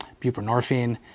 buprenorphine